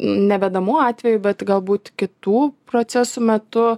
ne vedamu atveju bet galbūt kitų procesų metu